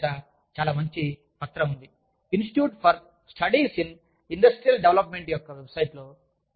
కార్మిక మరియు ఉపాధి మంత్రిత్వ శాఖ యొక్క వెబ్సైట్ లో సర్దానా వ్రాసిన చాలా మంచి పత్రం ఒకటి వుంది